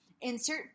insert